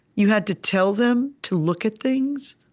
you had to tell them to look at things?